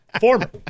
Former